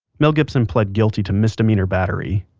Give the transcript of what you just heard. mel gibson plead guilty to misdemeanor battery.